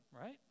right